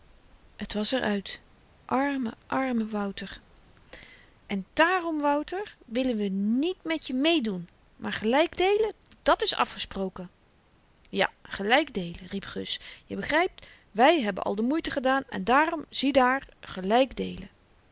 t was er uit arme arme wouter en daarom wouter willen we niet met je mee doen maar gelyk deelen dat is afgesproken ja gelyk deelen riep gus je begrypt wy hebben al de moeite gehad en daarom ziedaar